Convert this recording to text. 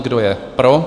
Kdo je pro?